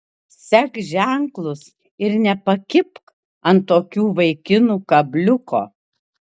sek ženklus ir nepakibk ant tokių vaikinų kabliuko